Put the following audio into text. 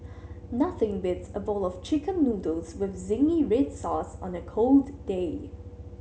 nothing beats a bowl of Chicken Noodles with zingy red sauce on a cold day